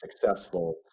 successful